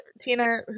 Tina